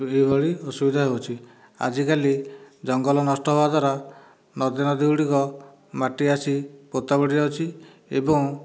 ଏହିଭଳି ଅସୁବିଧା ହେଉଛି ଆଜିକାଲି ଜଙ୍ଗଲ ନଷ୍ଟ ହେବା ଦ୍ୱାରା ନଦୀ ନଦୀ ଗୁଡ଼ିକ ମାଟି ଆସି ପୋତା ପଡ଼ିଯାଉଛି ଏବଂ